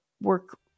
work